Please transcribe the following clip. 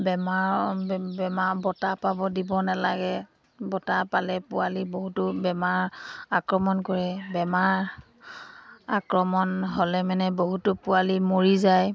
বেমাৰ বেমাৰ বতাহ পাব দিব নালাগে বতাহ পালে পোৱালি বহুতো বেমাৰ আক্ৰমণ কৰে বেমাৰ আক্ৰমণ হ'লে মানে বহুতো পোৱালি মৰি যায়